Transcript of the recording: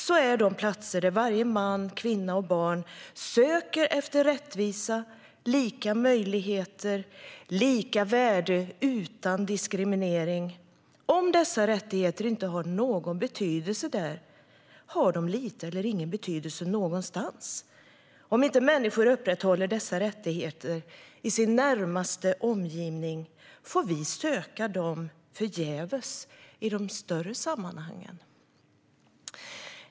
Så är de platser där varje man, kvinna och barn söker efter rättvisa, lika möjligheter, lika värde utan diskriminering. Om dessa rättigheter inte har någon betydelse där har de lite eller ingen betydelse någonstans. Om inte människor upprätthåller dessa rättigheter i sin närmaste omgivning får vi söka dem förgäves i de större sammanhangen.